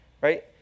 right